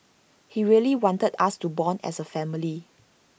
he really wanted us to Bond as A family